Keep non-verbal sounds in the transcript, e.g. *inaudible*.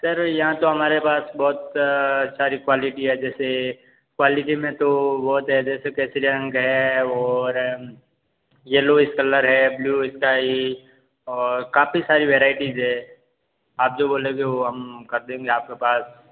sir यहाँ तो हमारे पास बहुत सारी क्वालिटी है जैसे क्वालिटी में तो बहुत है जैसे *unintelligible* और यल्लोइश कलर ब्लू स्काई और काफ़ी सारी वराइइटीस है आप जो बोलोगे वो हम कर देंगे आप के पास